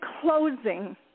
closing